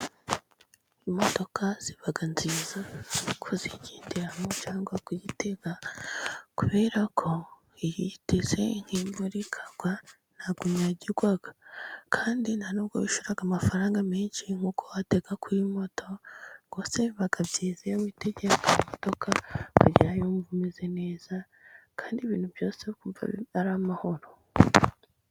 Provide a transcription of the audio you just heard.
Imodoka ziba nziza kuzigenderamo cyangwa kuyitega, kubera ko iyo uyiteze nk'imvura ikagwa, ntabwo unyagirwa. Kandi nta n'ubwo wishyura amafaranga menshi nk'uko watega kuri moto, rwose biba byiza iyo witegeye akamodoka, ukagerayo wumva umeze neza, kandi ibintu byose uri kumva ari amahoro.